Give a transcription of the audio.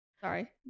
Sorry